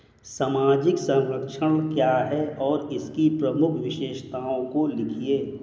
सामाजिक संरक्षण क्या है और इसकी प्रमुख विशेषताओं को लिखिए?